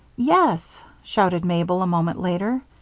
yes! shouted mabel, a moment later.